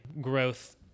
growth